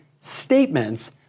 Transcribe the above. statements